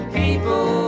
people